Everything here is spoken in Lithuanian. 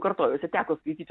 kartojuosi teko skaityti